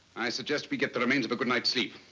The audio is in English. i suggest we get the remains of a good night sleep.